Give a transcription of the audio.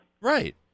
Right